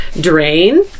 drain